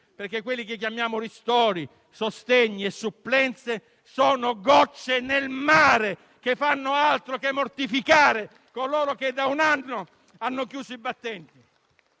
Quelli che chiamiamo ristori, sostegni e supplenze sono, infatti, gocce nel mare, che non fanno altro che mortificare coloro che, da un anno, hanno chiuso i battenti.